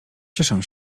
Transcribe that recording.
cieszę